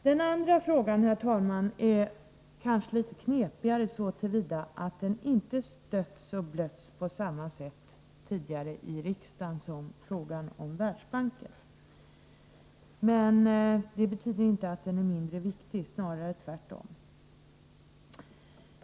Den andra frågan, herr talman, är kanske litet knepigare, så till vida att den tidigare inte har stötts och blötts på samma sätt i riksdagen som frågan om Världsbanken. Men det betyder inte att den är mindre viktig, snarare tvärtom.